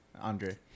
Andre